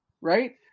right